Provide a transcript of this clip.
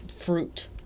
fruit